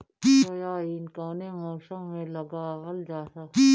Soybean कौने मौसम में लगावल जा?